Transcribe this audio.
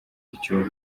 icyo